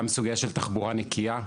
גם סוגיה של תחבורה נקייה,